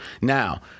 Now